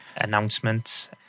announcements